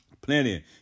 plenty